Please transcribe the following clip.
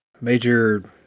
major